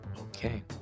Okay